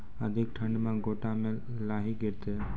अधिक ठंड मे गोटा मे लाही गिरते?